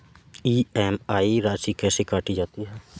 EMI में राशि कैसे काटी जाती है?